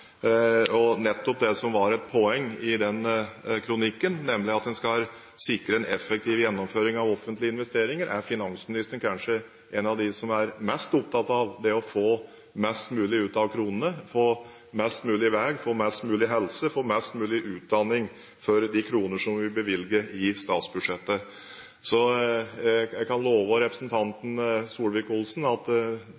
det som nettopp var et poeng i den kronikken, nemlig at en skal sikre en effektiv gjennomføring av offentlige investeringer, er finansministeren kanskje en av dem som er mest opptatt av det – det å få mest mulig ut av kronene, få mest mulig vei, få mest mulig helse, få mest mulig utdanning for de kroner som vi bevilger i statsbudsjettet. Jeg kan love